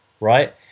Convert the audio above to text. right